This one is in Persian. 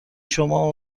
شما